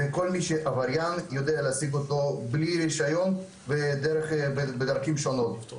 וכל מי שהוא עבריין יודע להשיג אותו בלי רישיון בדרכים שונות,